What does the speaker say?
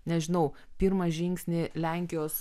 nežinau pirmą žingsnį lenkijos